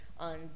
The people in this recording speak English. On